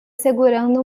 segurando